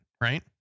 right